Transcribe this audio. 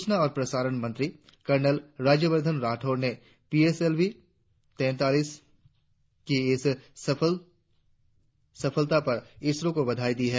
सूचना और प्रसारण मंत्री कर्नल राज्यवर्धन राठौड़ ने पीएसएलवीं तैंतालीस की इस सफलता पर इसरो को बधाई दी है